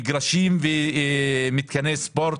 מגרשים ומתקני ספורט.